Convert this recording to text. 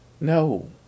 No